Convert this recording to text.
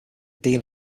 deal